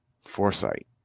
foresight